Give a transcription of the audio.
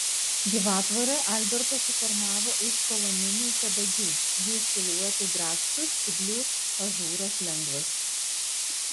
gyvatvorę albertas suformavo iš koloninių kadagių jų siluetai grakštūs spyglių ažūras lengvas